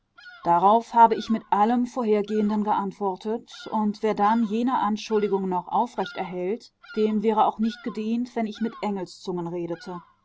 darauf habe ich mit allem vorhergehenden geantwortet und wer dann jene anschuldigungen noch aufrechterhält dem wäre auch nicht gedient wenn ich mit engelszungen redete